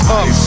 up